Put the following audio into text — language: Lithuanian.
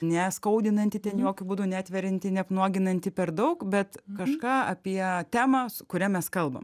neskaudinantį ten jokiu būdu neatveriantį neapnuoginantį per daug bet kažką apie temą su kuria mes kalbam